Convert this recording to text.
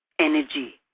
energy